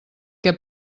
què